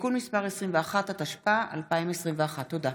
(תיקון מס' 21), התשפ"א 2021. תודה.